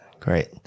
Great